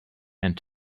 and